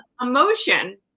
emotion